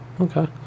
Okay